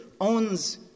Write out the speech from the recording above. owns